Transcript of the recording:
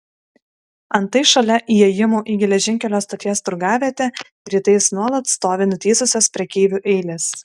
antai šalia įėjimų į geležinkelio stoties turgavietę rytais nuolat stovi nutįsusios prekeivių eilės